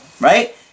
right